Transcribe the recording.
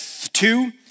two